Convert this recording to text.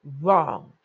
wrong